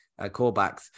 callbacks